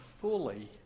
fully